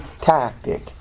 tactic